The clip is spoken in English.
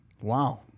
wow